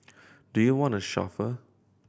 do you want a chauffeur